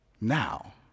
Now